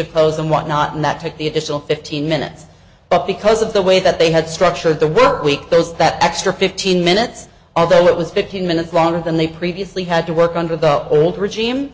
of pose and whatnot and that took the additional fifteen minutes but because of the way that they had structured the work week there's that extra fifteen minutes although it was fifteen minutes longer than they previously had to work under the old regime